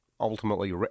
ultimately